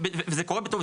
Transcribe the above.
וזה קורה.